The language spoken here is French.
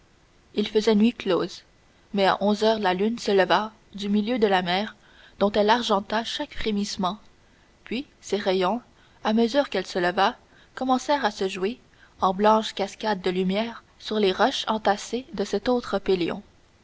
il faisait nuit close mais à onze heures la lune se leva du milieu de la mer dont elle argenta chaque frémissement puis ses rayons à mesure qu'elle se leva commencèrent à se jouer en blanches cascades de lumière sur les roches entassées de cet autre